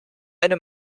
eine